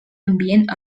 ambient